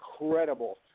incredible